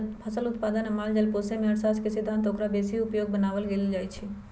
फसल उत्पादन आ माल जाल पोशेमे जे अर्थशास्त्र के सिद्धांत ओकरा बेशी उपयोगी बनाबे लेल लगाएल जाइ छइ